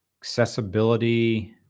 accessibility